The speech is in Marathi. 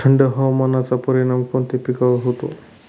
थंड हवामानाचा परिणाम कोणत्या पिकावर होतो?